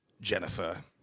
Jennifer